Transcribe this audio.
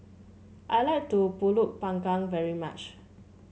I like to pulut panggang very much